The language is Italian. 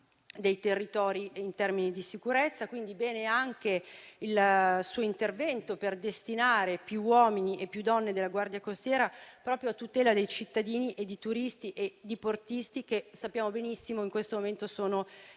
dei territori in termini di sicurezza. Va bene quindi anche il suo intervento per destinare più uomini e più donne della Guardia costiera a tutela dei cittadini, dei turisti e dei diportisti, che sappiamo benissimo che in questo momento sono necessari.